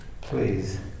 Please